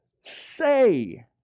Say